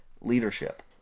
leadership